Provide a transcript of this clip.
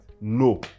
no